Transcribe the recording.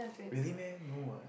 really meh no what